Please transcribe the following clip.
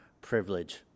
privilege